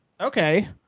Okay